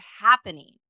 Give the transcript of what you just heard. happening